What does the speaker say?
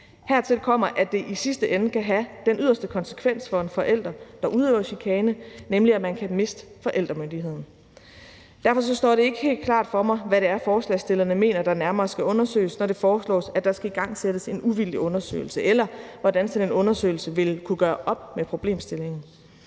Hertil kommer, at det i sidste ende kan have den yderste konsekvens for en forælder, der udøver chikane, nemlig at man kan miste forældremyndigheden. Derfor står det ikke helt klart for mig, hvad det er, forslagsstillerne mener der nærmere skal undersøges, når det foreslås, at der skal igangsættes en uvildig undersøgelse, eller hvordan sådan en undersøgelse ville kunne gøre op med problemstillingen.